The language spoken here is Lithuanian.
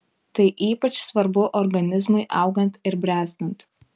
tai ypač svarbu organizmui augant ir bręstant